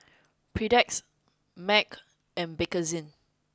Perdix M A C and Bakerzin